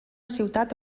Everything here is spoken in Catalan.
ciutat